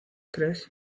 craig